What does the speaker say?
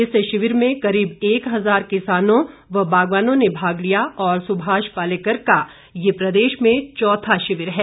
इस शिविर में करीब एक हजार किसानों व बागवानों ने भाग लिया और सुभाष पालेकर का ये प्रदेश में चौथा शिविर है